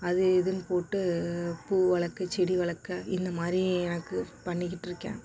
அது இதுன்னு போட்டு பூ வளர்க்க செடி வளர்க்க இந்த மாதிரி எனக்கு பண்ணிக்கிட்டுருக்கேன்